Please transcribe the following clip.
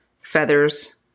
feathers